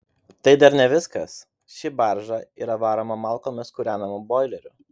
tai dar ne viskas ši barža yra varoma malkomis kūrenamu boileriu